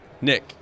Nick